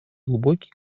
глубокий